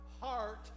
heart